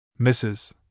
Mrs